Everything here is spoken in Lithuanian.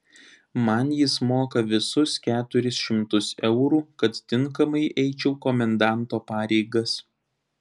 man jis moka visus keturis šimtus eurų kad tinkamai eičiau komendanto pareigas